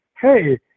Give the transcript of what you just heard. Hey